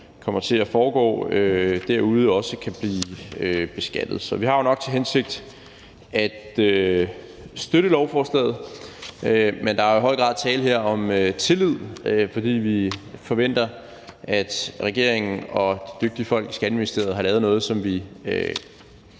kommer til at foregå derude, også bliver beskattet. Så vi har nok til hensigt at støtte lovforslaget, men der er i høj grad her tale om tillid, for vi forventer, at regeringen og de dygtige folk i Skatteministeriet har lavet noget, som vi